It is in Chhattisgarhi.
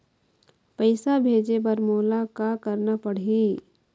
पैसा भेजे बर मोला का करना पड़ही?